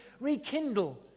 rekindle